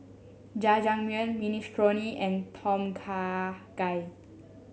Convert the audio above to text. Jajangmyeon Minestrone and Tom Kha Gai